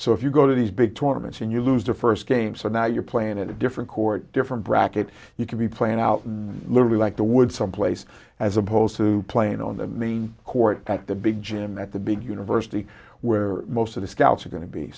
so if you go to these big tournaments and you lose the first game so now you're playing a different court different bracket you could be playing out literally like the wood someplace as opposed to playing on the main court at the big gym at the big university where most of the scouts are going to be